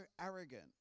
arrogant